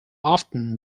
often